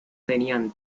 tenían